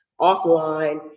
offline